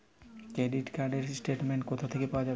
Credit card র statement কোথা থেকে পাওয়া যাবে?